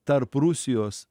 tarp rusijos